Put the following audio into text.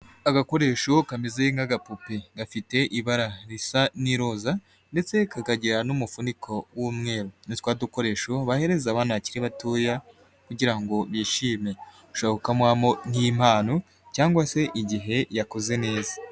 Agakoresho kameze nk'agapupe. Gafite ibara risa n'iroza ndetse kakagera n'umufuniko w'umweru. Ni twa dukoresho bahereza abana bakiri batoya kugira ngo bishime. Ushobora kukamuha nk'impano cyangwa se igihe yakoze neza.